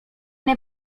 nie